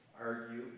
argue